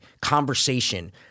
conversation